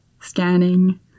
scanning